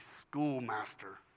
schoolmaster